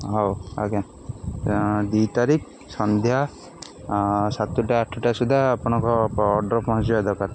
ହଉ ଆଜ୍ଞା ଦୁଇ ତାରିଖ୍ ସନ୍ଧ୍ୟା ସାତଟା ଆଠଟା ସୁଦ୍ଧା ଆପଣଙ୍କ ଅର୍ଡ଼ର୍ ପହଁଞ୍ଚିବା ଦରକାର୍